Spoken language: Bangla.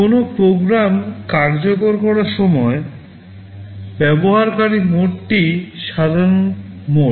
কোনও প্রোগ্রাম কার্যকর করার সময় ব্যবহারকারী মোডটি সাধারণ মোড